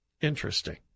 Interesting